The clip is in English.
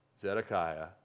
Zedekiah